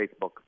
Facebook